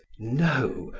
no,